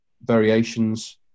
variations